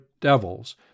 devils